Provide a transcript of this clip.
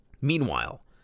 Meanwhile